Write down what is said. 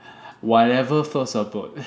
whatever thirst you're told